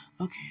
Okay